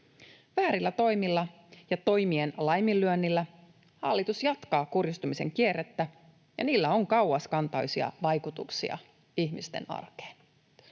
Väärillä toimilla ja toimien laiminlyönnillä hallitus jatkaa kurjistumisen kierrettä, ja sillä on kauaskantoisia vaikutuksia ihmisten arkeen.